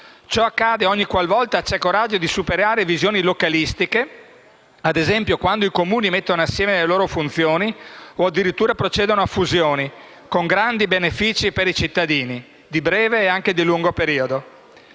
Ciò accade ogniqualvolta vi è coraggio di superare visioni localistiche, ad esempio quando i Comuni mettono insieme le loro funzioni o addirittura procedono a fusioni, con grandi benefici per i cittadini, di breve e anche lungo periodo.